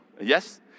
Yes